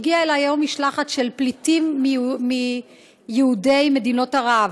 הגיעה אלי היום משלחת של פליטים מיהודי מדינות ערב,